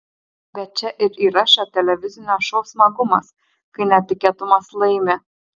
bet čia ir yra šio televizinio šou smagumas kai netikėtumas laimi